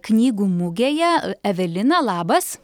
knygų mugėje evelina labas